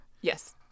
Yes